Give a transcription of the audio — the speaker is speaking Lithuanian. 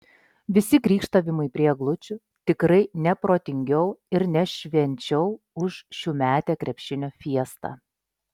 visi krykštavimai prie eglučių tikrai ne protingiau ir ne švenčiau už šiųmetę krepšinio fiestą